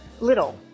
little